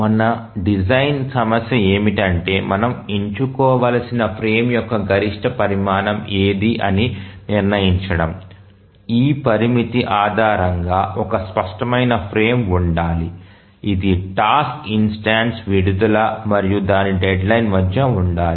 మన డిజైన్ సమస్య ఏమిటంటే మనం ఎంచుకోవలసిన ఫ్రేమ్ యొక్క గరిష్ట పరిమాణం ఏది అని నిర్ణయించడం ఈ పరిమితి ఆధారంగా ఒక స్పష్టమైన ఫ్రేమ్ ఉండాలి ఇది టాస్క్ ఇన్స్టెన్సు విడుదల మరియు దాని డెడ్లైన్ మధ్య ఉండాలి